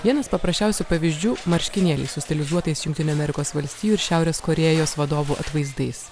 vienas paprasčiausių pavyzdžių marškinėliai su stilizuotais jungtinių amerikos valstijų ir šiaurės korėjos vadovų atvaizdais